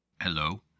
Hello